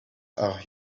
are